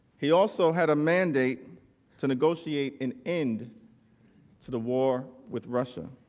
he also had a mandate to negotiate an end to the war with russia.